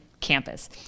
campus